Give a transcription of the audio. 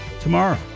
tomorrow